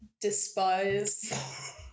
despise